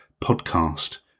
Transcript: podcast